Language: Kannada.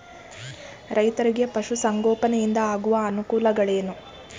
ರೈತರಿಗೆ ಪಶು ಸಂಗೋಪನೆಯಿಂದ ಆಗುವ ಅನುಕೂಲಗಳೇನು?